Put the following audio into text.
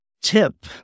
tip